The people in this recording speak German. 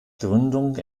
gründung